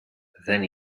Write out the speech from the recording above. then